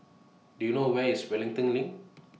Do YOU know Where IS Wellington LINK